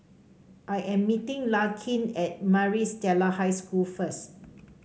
I am meeting Larkin at Maris Stella High School first